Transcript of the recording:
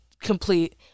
complete